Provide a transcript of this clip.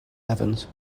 evans